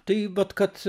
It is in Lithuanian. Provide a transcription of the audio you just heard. tai vat kad